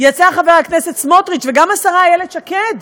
יצאו חבר הכנסת סמוטריץ וגם השרה איילת שקד